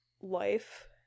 life